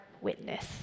witness